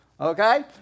okay